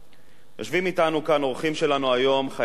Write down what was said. יושבים אתנו כאן אורחים שלנו היום, חיילי צה"ל.